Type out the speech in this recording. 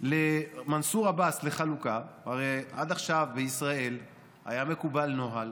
למנסור עבאס לחלוקה, הרי עד עכשיו בישראל הנוהל